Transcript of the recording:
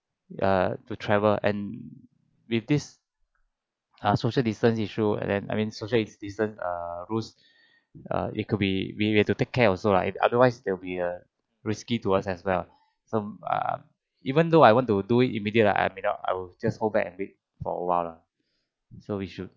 err to travel and with this our social distance issue and then I mean social distance rules ah it could be we have to take care also lah otherwise there will be a risky to us as well so ah even though I want to do it immediate ah I admit I'll just hold back and wait for a while lah so we should